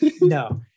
No